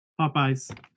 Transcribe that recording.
Popeyes